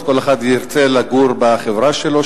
אז כל אחד ירצה לגור בחברה שלו,